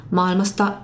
maailmasta